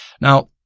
Now